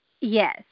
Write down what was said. yes